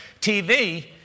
TV